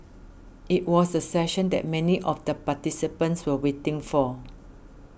it was the session that many of the participants were waiting for